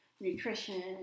nutrition